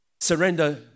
Surrender